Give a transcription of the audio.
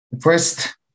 first